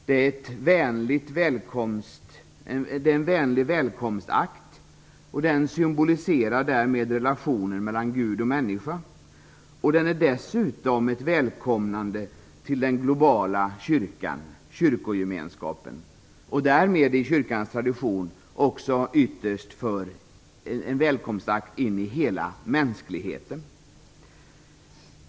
Det är en vänlig välkomstakt, och den symboliserar därmed relationen mellan Gud och människan. Dessutom innebär den ett välkomnande till den globala kyrkan, kyrkogemenskapen. Därmed är den i kyrkans tradition också en välkomstakt in i hela mänskligheten.